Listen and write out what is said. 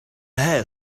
hare